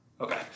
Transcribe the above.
Okay